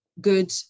good